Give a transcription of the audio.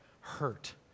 hurt